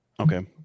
okay